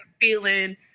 feeling